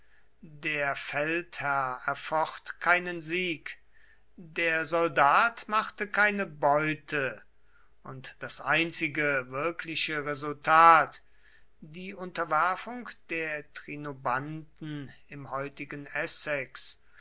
der feldherr erfocht keinen sieg der soldat machte keine beute und das einzige wirkliche resultat die unterwerfung der trinobanten im heutigen essex